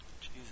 Jesus